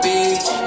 Beach